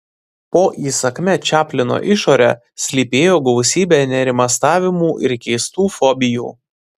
po įsakmia čaplino išore slypėjo gausybė nerimastavimų ir keistų fobijų